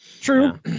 true